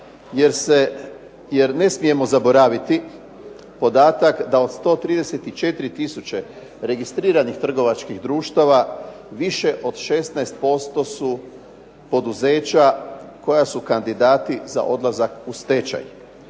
jer ne smijemo zaboraviti podatak da od 134 tisuće registriranih trgovačkih društava više od 16% su poduzeća koja su kandidati za odlazak u stečaj.